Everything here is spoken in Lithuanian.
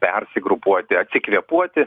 persigrupuoti atsikvėpuoti